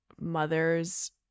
mothers